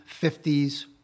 50s